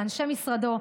לאנשי משרדו,